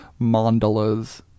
mandalas